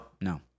no